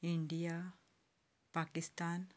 India Pakistan